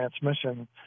transmission